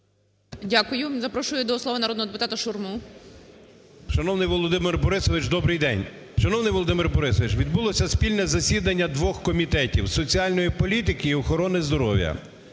Дякую. Запрошую до слова народного депутата Шурму. 10:59:09 ШУРМА І.М. Шановний Володимире Борисовичу, добрий день! Шановний Володимире Борисовичу, відбулося спільне засідання двох комітетів: соціальної політики і охорони здоров'я.